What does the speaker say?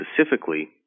specifically